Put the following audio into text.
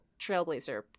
trailblazer